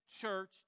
church